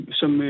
som